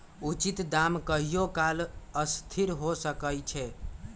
उचित दाम कहियों काल असथिर हो सकइ छै